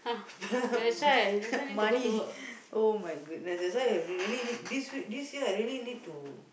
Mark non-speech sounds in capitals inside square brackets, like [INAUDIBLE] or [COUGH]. [LAUGHS] money oh-my-goodness that's why I really need this week this year I really need to